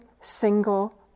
single